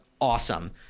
awesome